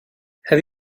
have